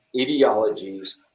ideologies